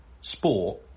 sport